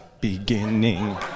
beginning